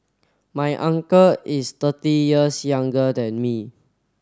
my uncle is thirty years younger than me